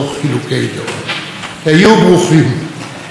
תודה לנשיא המדינה ראובן רובי ריבלין.